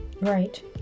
Right